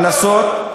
קנסות.